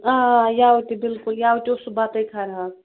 آ یوٕ تہِ بِلکُل یَوٕ تہِ اوس سُہ بَتَے خَراب